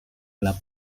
gelap